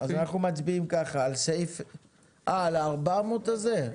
על ה-400 הזה?